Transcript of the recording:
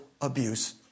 abuse